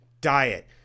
diet